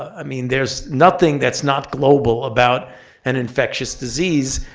i mean, there's nothing that's not global about an infectious disease.